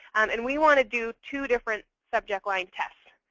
and we want to do two different subject line tests.